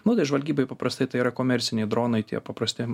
nu tai žvalgybai paprastai tai yra komerciniai dronai tie paprasti